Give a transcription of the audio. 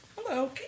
Hello